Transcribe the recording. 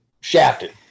shafted